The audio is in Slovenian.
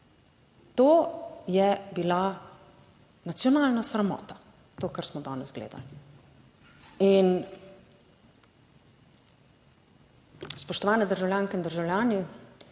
to je bila nacionalna sramota, to, kar smo danes gledali. In spoštovane državljanke in državljani,